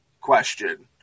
question